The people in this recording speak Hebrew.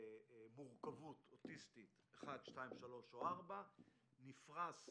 במורכבות אוטיסטית 1, 2, 3 או 4. נפרשים